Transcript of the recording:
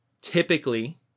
Typically